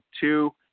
two